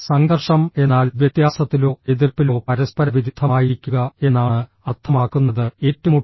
സംഘർഷം എന്നാൽ വ്യത്യാസത്തിലോ എതിർപ്പിലോ പരസ്പരവിരുദ്ധമായിരിക്കുക എന്നാണ് അർത്ഥമാക്കുന്നത് ഏറ്റുമുട്ടൽ